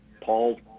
Paul